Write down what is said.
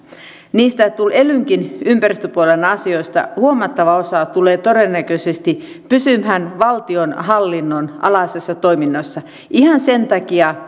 niistä elynkin ympäristöpuolen asioista huomattava osa tulee todennäköisesti pysymään valtionhallinnon alaisissa toiminnoissa ihan sen takia